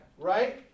right